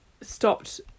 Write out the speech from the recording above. stopped